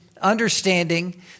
understanding